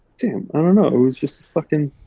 damn, i don't know. it was just fucking.